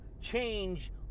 change